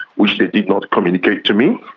which they did not communicate to me.